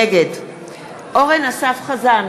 נגד אורן אסף חזן,